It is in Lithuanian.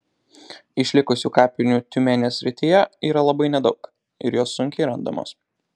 išlikusių kapinių tiumenės srityje yra labai nedaug ir jos sunkiai randamos